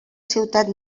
ciutat